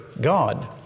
God